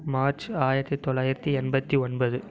March ஆயிரத்து தொள்ளாயிரத்து எண்பத்து ஒன்பது